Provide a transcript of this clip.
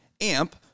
AMP